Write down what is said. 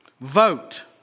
Vote